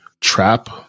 trap